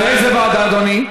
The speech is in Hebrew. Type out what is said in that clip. לאיזו ועדה, אדוני?